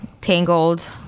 Tangled